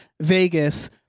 Vegas